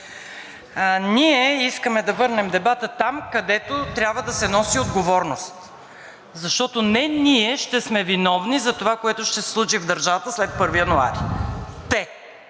Ние искаме да върнем дебата там, където трябва да се носи отговорност. Защото не ние ще сме виновни за това, което ще се случи в държавата след 1 януари. Те